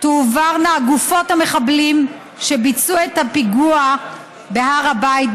תועברנה גופות המחבלים שביצעו את הפיגוע בהר הבית,